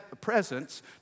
presence